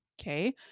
Okay